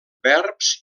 verbs